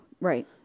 Right